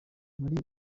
muri